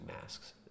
masks